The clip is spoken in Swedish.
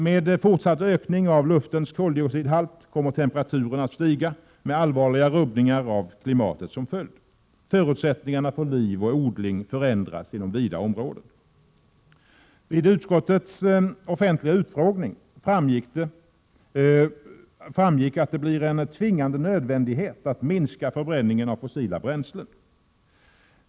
Med fortsatt ökning av luftens koldioxidhalt kommer temperaturen att stiga, med allvarliga rubbningar av klimatet som följd. Förutsättningarna för liv och odling förändras inom vida områden. Vid utskottets offentliga utfrågning framgick att det blir en tvingande nödvändighet att minska förbränningen av fossila bränslen.